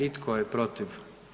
I tko je protiv?